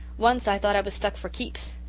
once i thought i was stuck for keeps.